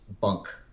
bunk